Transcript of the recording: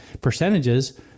percentages